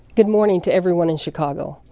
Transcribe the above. good morning to everyone in chicago,